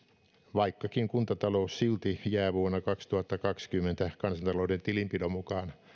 vaikkakin kuntatalous silti jää vuonna kaksituhattakaksikymmentä kansantalouden tilinpidon mukaan